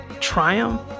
triumph